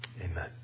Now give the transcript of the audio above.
amen